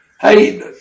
Hey